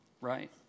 right